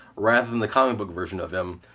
rather than the comic-book version of him,